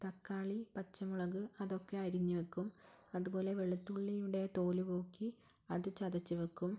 തക്കാളി പച്ചമുളക് അതൊക്കെ അരിഞ്ഞു വയ്ക്കും അതുപോലെ വെളുത്തുള്ളിയുടെ തോൽ പോക്കി അത് ചതച്ച് വയ്ക്കും